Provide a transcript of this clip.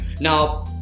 now